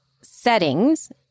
settings